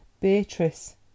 Beatrice